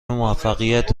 موفقیت